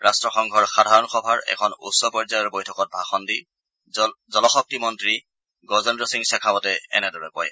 ৰাট্টসংঘৰ সাধাৰণ সভাৰ এখন উচ্চ পৰ্যায়ৰ বৈঠকত ভাষণ দি জলশক্তি মন্ত্ৰী গজেদ্ৰ সিং শেখাৱটে এনেদৰে কয়